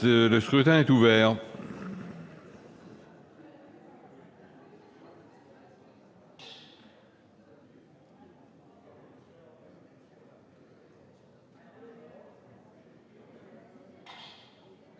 Le scrutin est ouvert.